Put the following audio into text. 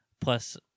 plus